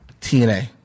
TNA